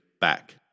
back